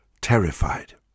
terrified